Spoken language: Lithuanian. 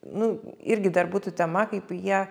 nu irgi dar būtų tema kaip jie